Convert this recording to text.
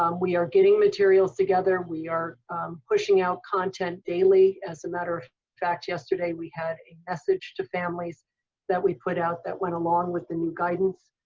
um we are getting materials together. we are pushing out content daily. as a matter of fact, yesterday we had a message to families that we put out that went along with the new guidance.